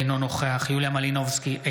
אינו נוכח יוליה מלינובסקי,